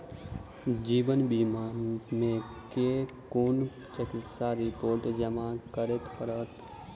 जीवन बीमा मे केँ कुन चिकित्सीय रिपोर्टस जमा करै पड़त?